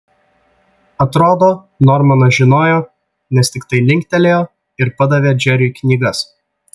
atrodo normanas žinojo nes tiktai linktelėjo ir padavė džeriui knygas